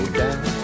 down